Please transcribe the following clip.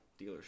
dealership